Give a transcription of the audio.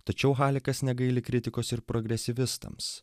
tačiau halikas negaili kritikos ir progresyvistams